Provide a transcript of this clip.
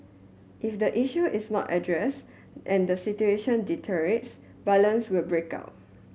if the issue is not addressed and the situation deteriorates violence will break out